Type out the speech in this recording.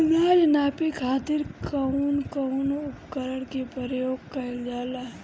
अनाज नापे खातीर कउन कउन उपकरण के प्रयोग कइल जाला?